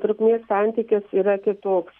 trukmės santykis yra kitoks